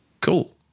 Cool